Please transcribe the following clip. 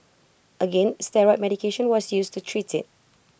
again steroid medication was used to treat IT